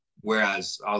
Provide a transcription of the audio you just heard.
whereas